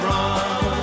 Run